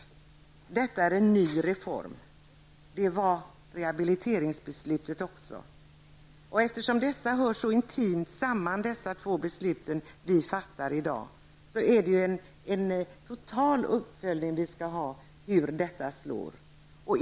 Detta är en ny reform. Det var även rehabiliteringsbeslutet. Eftersom dessa två beslut som vi skall fatta i dag hör så intimt samman, skall det bli en total uppföljning av hur beslutet kommer att slå.